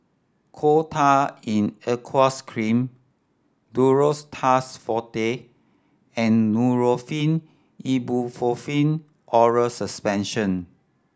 Coal Tar in Aqueous Cream Duro Tuss Forte and Nurofen Ibuprofen Oral Suspension